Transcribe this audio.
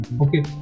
Okay